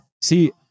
See